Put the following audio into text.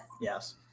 yes